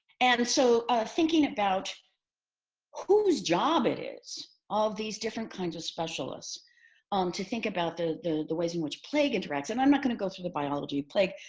and so thinking about whose job it is, all of these different kinds of specialists um to think about the the ways in which plague interacts, and i'm not going to go through the biology plague.